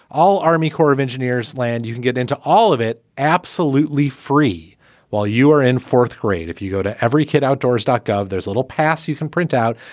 all army corps of engineers land. you can get into all of it absolutely free while you are in fourth grade. if you go to every kid outdoors dot gov. there's little pass you can print out.